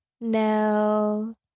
no